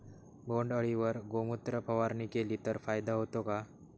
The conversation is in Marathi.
बोंडअळीवर गोमूत्र फवारणी केली तर फायदा होतो का?